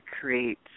create